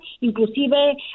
inclusive